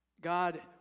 God